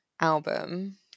album